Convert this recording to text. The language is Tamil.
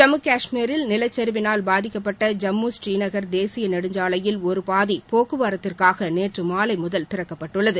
ஜம்மு கஷ்மீரில் நிலச்சரிவினால் பாதிக்கப்பட்ட ஜம்மு ஸ்ரீநகர் தேசிய நெடுஞ்சாலையில் ஒருபாதி போக்குவரத்திற்காக நேற்று மாலை முதல் திறக்கப்பட்டுள்ளது